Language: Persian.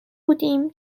بودیم